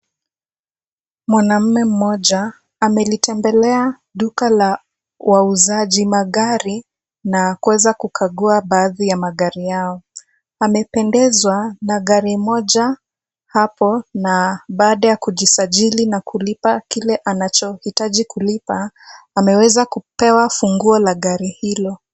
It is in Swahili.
Mwanaume, mmoja, amelitembelea duka la wauzaji magari na kuweza kukagua baadhi ya magari yao. Amependezwa na gari moja hapo na baada ya kujisajili na kulipa kile anachohitaji kulipa, ameweza kupewa funguo la gari hilo.